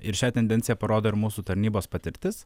ir šią tendenciją parodo ir mūsų tarnybos patirtis